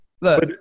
look